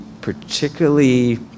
particularly